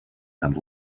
and